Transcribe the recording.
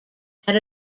had